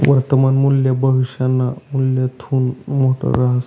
वर्तमान मूल्य भविष्यना मूल्यथून मोठं रहास